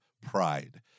pride